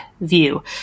view